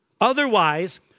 Otherwise